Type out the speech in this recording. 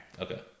Okay